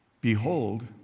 Behold